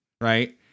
right